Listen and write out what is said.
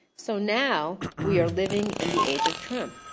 so now, we are living in the age of trump.